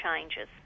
changes